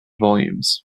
volumes